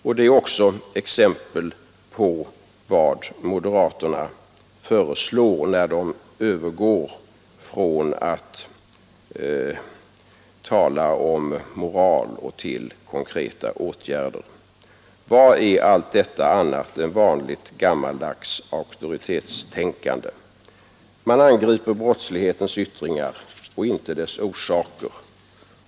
Detta är också exempel på vad moderaterna föreslår när de övergår från att tala om moral till konkreta åtgärder. Vad är allt detta annat än vanligt gammaldags auktoritetstänkande? Man angriper brottslighetens yttringar och inte dess orsaker.